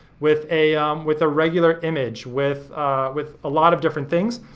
with a um with a regular image, with with a lot of different things,